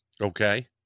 Okay